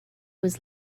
was